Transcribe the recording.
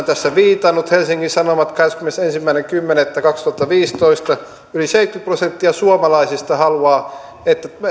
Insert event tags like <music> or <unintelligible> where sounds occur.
<unintelligible> tässä viitannut helsingin sanomat kahdeskymmenesensimmäinen kymmenettä kaksituhattaviisitoista yli seitsemänkymmentä prosenttia suomalaisista haluaa että